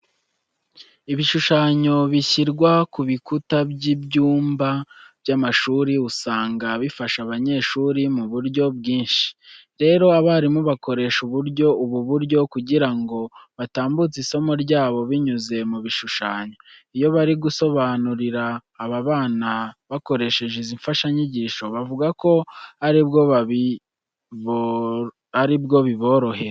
Ibishushanyo bishyirwa ku bikuta by'ibyumba by'amashuri usanga bifasha abanyeshuri mu buryo bwinshi. Rero abarimu bakoresha ubu buryo kugira ngo batambutse isomo ryabo binyuze mu bishushanyo. Iyo bari gusobanurira aba bana bakoresheje izi mfashanyigisho bavuga ko ari bwo biborohera.